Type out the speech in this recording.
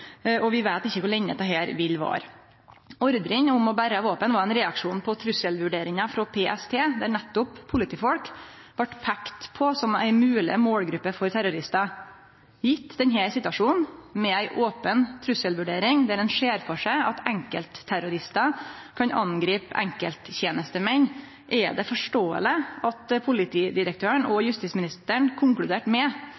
og vi veit ikkje kor lenge dette vil vare. Ordren om å bere våpen var ein reaksjon på trusselvurderinga frå PST der nettopp politifolk vart peikte på som ei mogleg målgruppe for terroristar. Gjeve denne situasjonen, med ei open trusselvurdering der ein ser for seg at enkeltterroristar kan angripe enkelttenestemenn, er det forståeleg at politidirektøren og